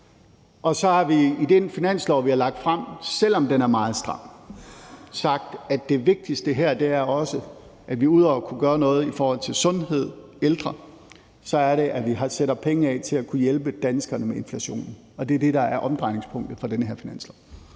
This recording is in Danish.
Og så har vi i det finanslovsforslag, vi har fremsat, selv om det er meget stramt, sagt, at det vigtigste her også er, at vi ud over at kunne gøre noget i forhold til sundhed og de ældre sætter penge af til at kunne hjælpe danskerne med inflationen. Det er det, der er omdrejningspunktet for den her finanslov.